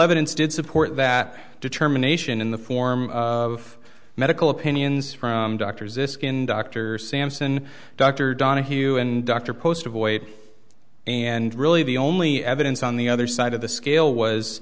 evidence did support that determination in the form of medical opinions from doctors eskin dr sampson dr donoghue and dr post avoid and really the only evidence on the other side of the scale was